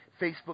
Facebook